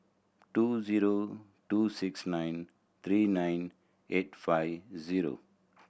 two zero two six nine three nine eight five zero